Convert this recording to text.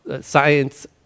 science